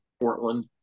Portland